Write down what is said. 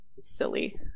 silly